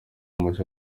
mashya